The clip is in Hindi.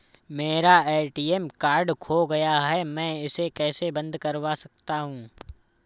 मेरा ए.टी.एम कार्ड खो गया है मैं इसे कैसे बंद करवा सकता हूँ?